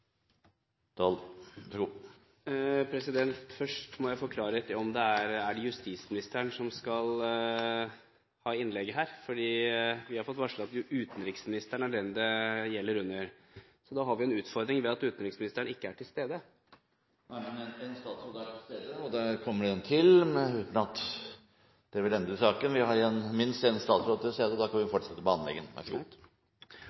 vær så god. Først må jeg få klarhet i om det er justisministeren som skal holde innlegget her. Vi er varslet om at utenriksministeren er den det sorterer under, og da har vi en utfordring ved at utenriksministeren ikke er til stede. Men én statsråd er til stede, og der kommer det en til, uten at det vil endre saken. Vi har minst én statsråd til stede, og da kan vi